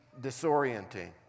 disorienting